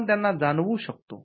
आपण त्यांना जाणवू शकतो